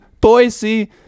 Boise